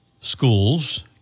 schools